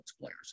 players